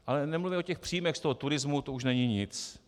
Ale nemluvíme o těch příjmech z toho turismu, to už není nic.